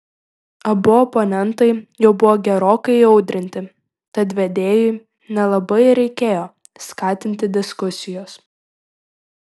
abu oponentai jau buvo gerokai įaudrinti tad vedėjui nelabai ir reikėjo skatinti diskusijos